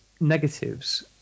negatives